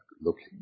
looking